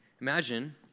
Imagine